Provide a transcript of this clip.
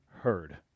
heard